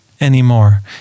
anymore